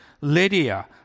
lydia